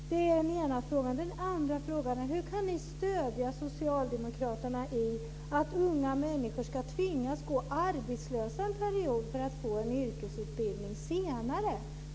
Vidare: Hur kan ni stödja Socialdemokraterna i detta med att unga människor ska tvingas gå arbetslösa en period för att senare få en yrkesutbildning?